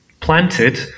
Planted